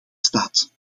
staat